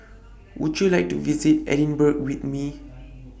Would YOU like to visit Edinburgh with Me